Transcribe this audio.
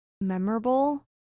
memorable